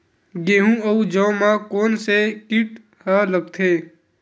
गेहूं अउ जौ मा कोन से कीट हा लगथे?